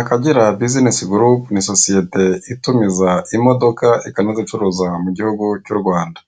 Akagera bizinesi gurupe ni sosiyete itumiza imodoka ikanazicuruza mu gihugu cy' u Rwanda